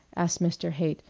asked mr. haight.